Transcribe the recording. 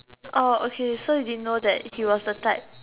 oh okay so you didn't know that he was the type